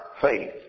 faith